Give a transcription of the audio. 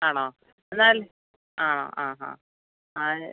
ആണോ എന്നാൽ ആ ആ ആ ആ